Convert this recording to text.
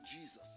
Jesus